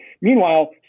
Meanwhile